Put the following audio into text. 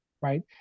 right